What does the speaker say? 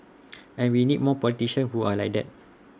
and we need more politicians who are like that